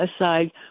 aside